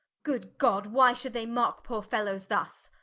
good god, why should they mock poore fellowes thus?